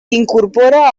incorpora